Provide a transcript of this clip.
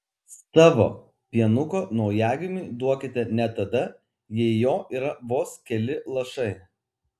savo pienuko naujagimiui duokite net tada jei jo yra vos keli lašai